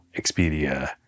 Expedia